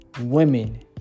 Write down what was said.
women